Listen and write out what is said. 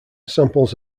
samples